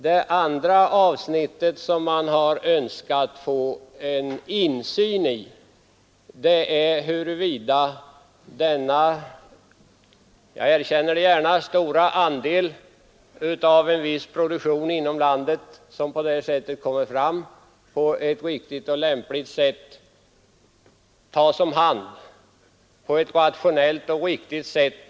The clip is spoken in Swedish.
Det andra avsnittet som man har önskat få en insyn i är huruvida denna stora andel — jag erkänner gärna att den är stor — av en viss produktion inom landet tas om hand på ett rationellt och riktigt sätt.